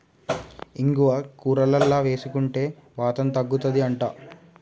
ఇంగువ కూరలల్ల వేసుకుంటే వాతం తగ్గుతది అంట